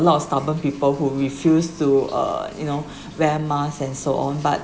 a lot of stubborn people who refused to uh you know wear masks and so on but